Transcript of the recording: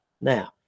Now